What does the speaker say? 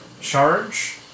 charge